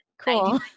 Cool